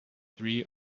three